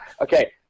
okay